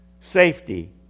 safety